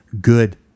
good